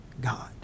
God